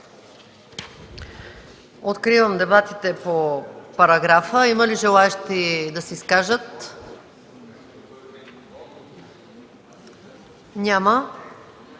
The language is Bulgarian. Откривам дебатите по параграфа. Има ли желаещи да се изкажат? Няма.